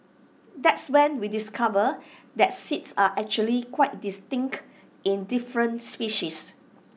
that's when we discovered that seeds are actually quite distinct in different species